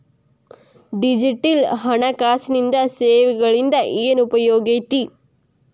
digital ಹಣಕಾಸಿನ ಸೇವೆಗಳಿಂದ ಏನ್ ಉಪಯೋಗೈತಿ